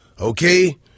Okay